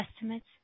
estimates